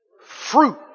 fruit